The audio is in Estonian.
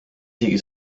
isegi